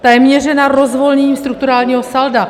Ta je měřena rozvolněním strukturálního salda.